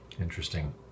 Interesting